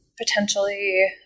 potentially